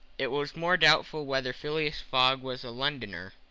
it was more doubtful whether phileas fogg was a londoner.